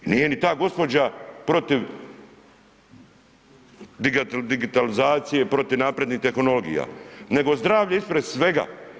Nije ni ta gospođa protiv digitalizacije, protiv naprednih tehnologija nego zdravlje ispred svega.